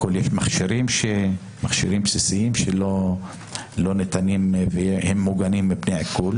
יש מכשירים בסיסיים שלא ניתנים לעיקול והם מוגנים מפני עיקול